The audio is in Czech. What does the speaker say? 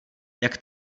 jak